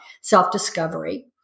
self-discovery